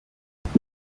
imfu